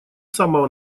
самого